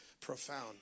profound